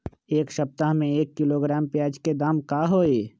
एक सप्ताह में एक किलोग्राम प्याज के दाम का होई?